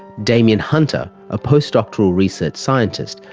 damien hunter, a postdoctoral research scientist,